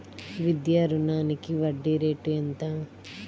విద్యా రుణానికి వడ్డీ రేటు ఎంత?